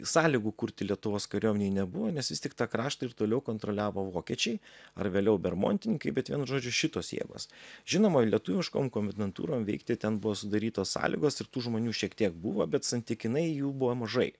sąlygų kurti lietuvos kariuomenei nebuvo nes vis tik tą kraštą ir toliau kontroliavo vokiečiai ar vėliau bermontininkai bet vienu žodžiu šitos jėgos žinoma lietuviškom komendantūron veikti ten bus sudarytos sąlygos ir tų žmonių šiek tiek buvo bet santykinai jų buvo mažai